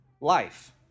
life